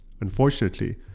Unfortunately